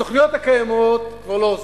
התוכניות הקיימות כבר לא עוזרות,